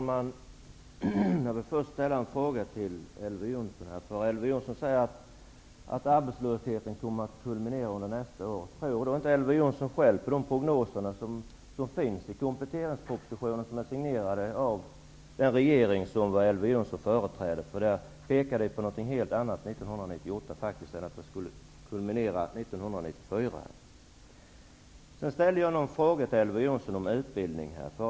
Herr talman! Elver Jonsson säger att arbetslösheten kommer att kulminera under nästa år. Tror inte Elver Jonsson själv på de prognoser som finns i kompletteringspropositionen, som är signerad av den regering som väl Elver Jonsson företräder? De prognoserna pekar på att arbetslösheten skulle kulminera 1998 och inte 1994. Jag ställde några frågor till Elver Jonsson om utbildning.